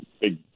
big